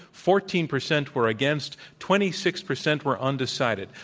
fourteen percent were against. twenty six percent were undecided.